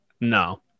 no